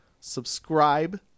Subscribe